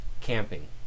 camping